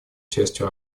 частью